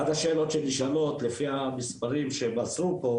כמה שאלות שנשאלות לפי המספרים שהם מסרו פה